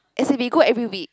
as if we go every week